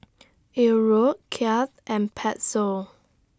Euro Kyat and Peso